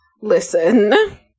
Listen